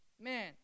Man